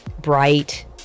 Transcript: bright